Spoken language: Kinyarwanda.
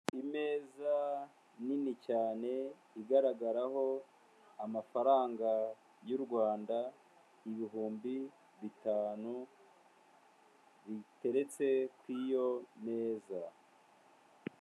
Imeza nini cyane, igaragaraho amafaranga y'u rwanda ibihumbi bitanu biteretse kuri iyo meza.